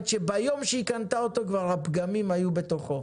ביום שהיא קנתה את הבית כבר הפגמים היו בתוכו,